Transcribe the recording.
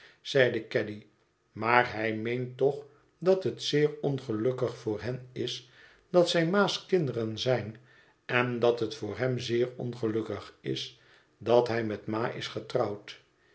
zeide caddy maar hij meent toch dat het zeer ongelukkig voor hen is dat zij ma's kinderen zijn en dat het voor hem zeer ongelukkig is dat hij met ma is getrouwd